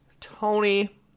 Tony